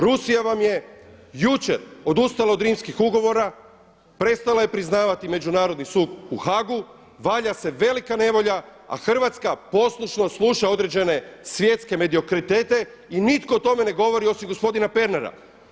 Rusija vam je jučer odustala od Rimskih ugovora, prestala je priznavati Međunarodni sud u Haagu, valja se velika nevolja, a Hrvatska poslušno sluša određene svjetske mediokritete i nitko o tome ne govori osim gospodina Pernara.